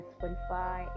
Spotify